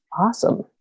Awesome